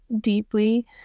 deeply